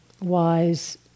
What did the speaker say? wise